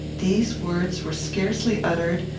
these words were scarcely uttered,